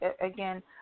again